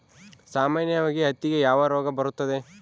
ಸಾಮಾನ್ಯವಾಗಿ ಹತ್ತಿಗೆ ಯಾವ ರೋಗ ಬರುತ್ತದೆ?